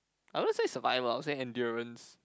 I won't say survive lah I will say endurance